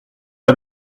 pas